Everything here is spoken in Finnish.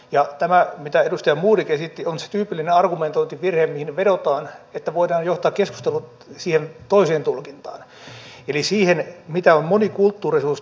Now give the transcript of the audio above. ja tämä mitä edustaja modig esitti on se tyypillinen argumentointivirhe mihin vedotaan että voidaan johtaa keskustelu siihen toiseen tulkintaan eli siihen mitä on monikulttuurisuus tai monikulturismi